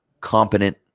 competent